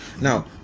Now